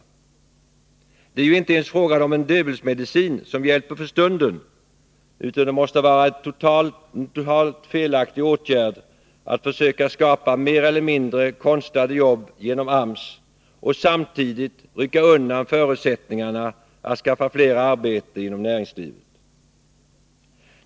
Det är ju inte ens frågan om en Döbelnsmedicin som hjälper för stunden, utan det måste vara en totalt felaktig åtgärd att försöka skapa mer eller mindre konstlade jobb genom AMS och samtidigt rycka undan förutsättningarna att skaffa fler arbeten inom näringslivet.